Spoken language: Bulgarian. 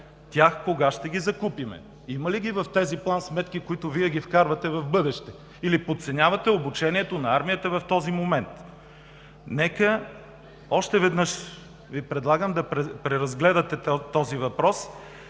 Тях кога ще ги закупим? Има ли ги в тези план сметки, в които Вие ги вкарвате в бъдеще, или подценявате обучението на армията ни в този момент? Още веднъж Ви предлагам да преразгледате този въпрос